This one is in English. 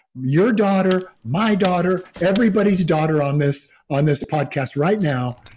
your daughter, my daughter, everybody's daughter on this on this podcast right now,